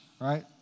right